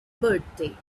birthday